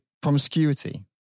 promiscuity